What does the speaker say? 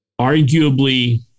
Arguably